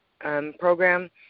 program